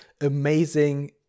amazing